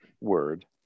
Word